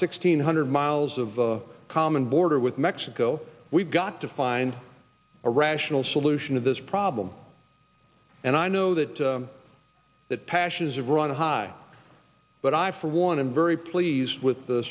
sixteen hundred miles of common border with mexico we've got to find a rational solution to this problem and i know that that passions run high but i for one am very pleased with the